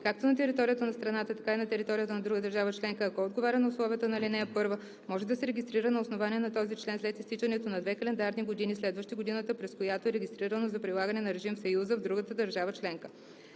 както на територията на страната, така и на територията на друга държава членка, ако отговаря на условията на ал. 1, може да се регистрира на основание на този член след изтичането на две календарни години, следващи годината, през която е регистрирано за прилагане на режим в Съюза в другата държава членка.